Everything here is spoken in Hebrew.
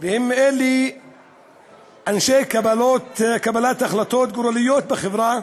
והם אנשי קבלת החלטות גורליות בחברה,